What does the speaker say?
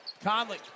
Conley